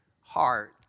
heart